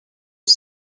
was